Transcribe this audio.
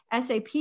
SAP